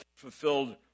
fulfilled